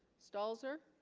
stalls er